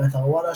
באתר וואלה,